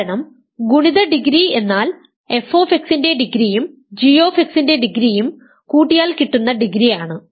കാരണം ഗുണിത ഡിഗ്രി എന്നാൽ f ന്റെ ഡിഗ്രിയും g ന്റെ ഡിഗ്രിയും കൂട്ടിയാൽ കിട്ടുന്ന ഡിഗ്രി ആണ്